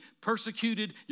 persecuted